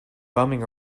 bumming